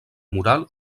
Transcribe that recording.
moral